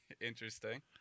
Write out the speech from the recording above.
Interesting